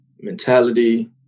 mentality